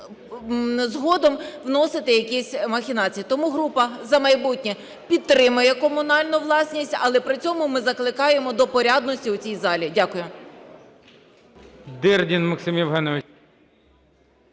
згодом вносити якісь махінації. Тому група "За майбутнє" підтримає комунальну власність, але при цьому ми закликаємо до порядності у цій залі. Дякую.